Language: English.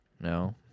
No